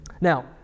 now